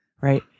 right